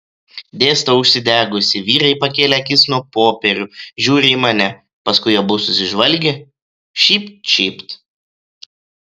dėstau užsidegusi vyrai pakėlė akis nuo popierių žiūri į mane paskui abu susižvalgė šypt šypt